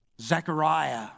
Zechariah